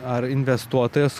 ar investuotojas